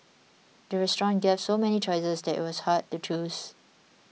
the restaurant gave so many choices that it was hard to choose